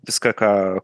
viską ką